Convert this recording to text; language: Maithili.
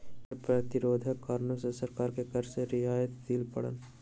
कर प्रतिरोधक कारणें सरकार के कर में रियायत दिअ पड़ल